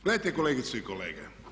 Gledajte kolegice i kolege.